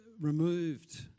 removed